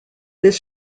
this